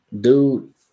Dude